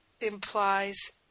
implies